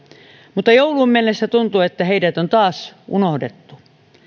mutta jouluun mennessä tuntuu että heidät on taas unohdettu